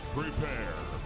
prepare